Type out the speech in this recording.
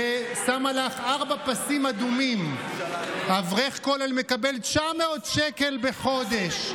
ושמה לך ארבעה פסים אדומים: אברך כולל מקבל 900 שקל בחודש.